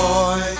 Boy